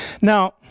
Now